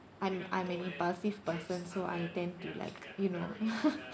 I'm I'm an impulsive person so I tend to like you know